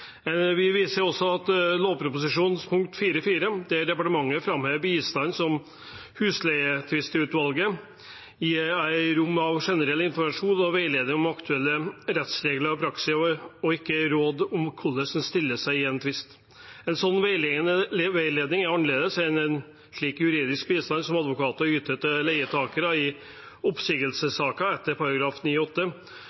Vi viser også til lovproposisjonens punkt 4.4, der departementet framhever at bistand som Husleietvistutvalget gir, er i form av generell informasjon og veiledning om aktuelle rettsregler og praksis, ikke råd om hvordan en stiller seg i en tvist. En sånn veiledning er annerledes enn en slik juridisk bistand som advokater yter til leietakere i